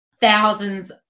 thousands